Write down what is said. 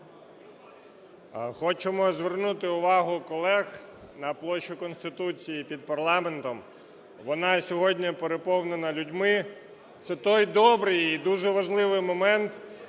Хочемо звернути увагу колег на площу Конституції під парламентом, вона сьогодні переповнена людьми. Це той добрий і дуже важливий момент,